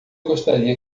gostaria